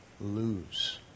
lose